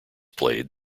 played